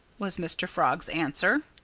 was mr. frog's answer.